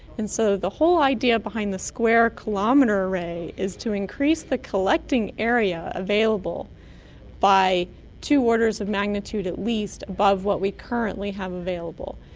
and so the whole idea behind the square kilometre array is to increase the collecting area available by two orders of magnitude at least above what we currently have available.